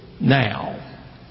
now